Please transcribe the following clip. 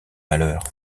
malheur